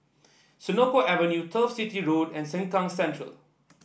Senoko Avenue Turf City Road and Sengkang Central